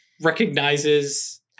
recognizes